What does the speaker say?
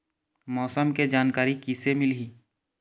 मौसम के जानकारी किसे मिलही?